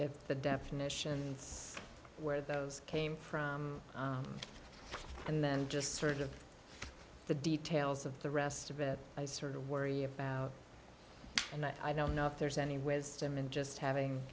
if the definitions where those came from and then just sort of the details of the rest of it i sort of worry about and i don't know if there's any wisdom in just having